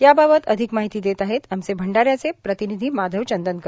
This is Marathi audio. याबाबत अधिक माहिती देत आहेत आमचे भंडाऱ्याचे प्रतिनिधी माधव चंदनकर